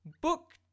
book